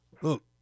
Look